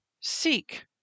Seek